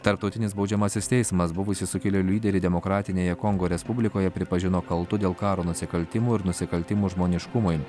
tarptautinis baudžiamasis teismas buvusį sukilėlių lyderį demokratinėje kongo respublikoje pripažino kaltu dėl karo nusikaltimų ir nusikaltimų žmoniškumui